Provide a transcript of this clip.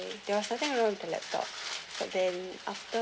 there are something wrong with the laptop